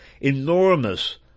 enormous